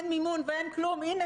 אין מימון ואין כלום הנה,